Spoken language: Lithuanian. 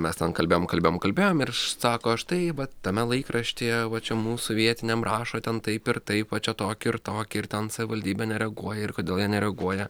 mes kalbėjom kalbėjom kalbėjom ir sako štai tame laikraštyje va čia mūsų vietiniam rašo ten taip ir taip va čia tokį ir tokį ir ten savivaldybė nereaguoja ir kodėl jie nereaguoja